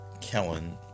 Kellen